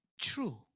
true